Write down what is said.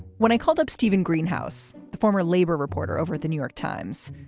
when i called up steven greenhouse, the former labor reporter, over the new york times,